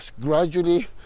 gradually